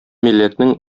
милләтнең